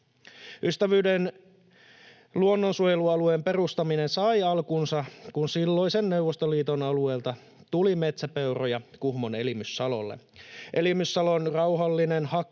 Ystävyyden luonnonsuojelualueen perustaminen sai alkunsa, kun silloisen Neuvostoliiton alueelta tuli metsäpeuroja Kuhmon Elimyssalolle.